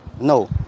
No